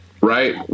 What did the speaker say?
right